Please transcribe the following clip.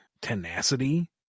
tenacity